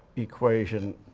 equation